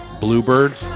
bluebird